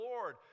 Lord